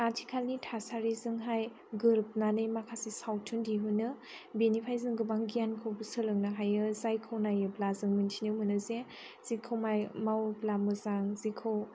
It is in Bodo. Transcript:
आथिखालनि थासारिजोंहाय गोरोबनानै माखासे सावथुन दिहुनो बेनिफ्राय जों गोबां गियानखौबो सोलोंनो हायो जायखौ नायोब्ला जों मोन्थिनो मोनोजे जेखौ मावोब्ला मोजां जेखौ